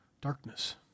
Darkness